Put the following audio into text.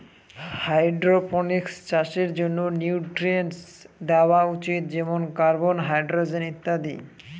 hydroponics চাষের জন্য nutrients দেওয়া উচিত যেমন কার্বন, হাইড্রজেন ইত্যাদি